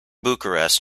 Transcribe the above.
bucharest